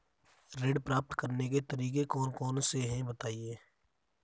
ऋण प्राप्त करने के तरीके कौन कौन से हैं बताएँ?